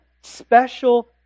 special